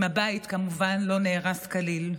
אם הבית כמובן לא נהרס כליל.